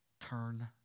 turn